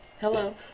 Hello